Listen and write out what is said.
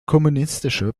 kommunistische